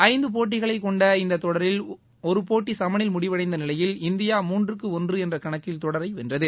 ஐந்து போட்டிகளைக் கொண்ட இந்த தொடரில் ஒரு போட்டி சமனில் முடிவடைந்த நிலையில் இந்தியா மூன்றுக்கு ஒன்று என்ற கணக்கில் தொடரை வென்றது